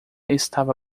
estava